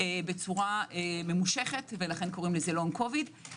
בצורה ממושכת לכן קוראים לזה LONG COVID .